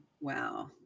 Wow